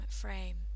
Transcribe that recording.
frame